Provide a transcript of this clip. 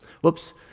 Whoops